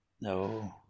No